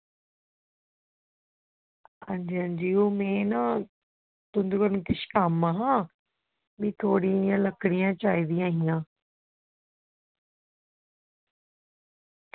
अंजी अंजी ओह् में ना तुंदे कन्नै किश कम्म हा ते थोह्ड़ियां लकड़ियां चाही दियां हियां